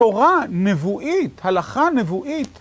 תורה נבואית, הלכה נבואית.